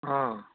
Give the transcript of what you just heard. हां